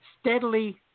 steadily